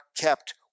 kept